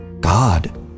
God